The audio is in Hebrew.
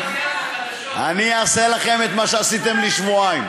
אני אעשה את מה שעשיתם לי שבועיים.